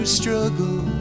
struggle